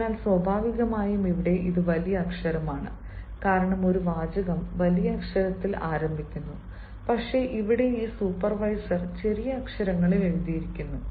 അതിനാൽ സ്വാഭാവികമായും ഇവിടെ ഇത് വലിയക്ഷരമാണ് കാരണം ഒരു വാചകം വലിയ അക്ഷരത്തിൽ ആരംഭിക്കുന്നു പക്ഷേ ഇവിടെ ഈ സൂപ്പർവൈസർ ചെറിയ അക്ഷരങ്ങളിൽ എഴുതിയിരിക്കുന്നു